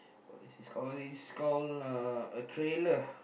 what is this call this call uh a trailer